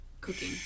cooking